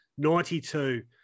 92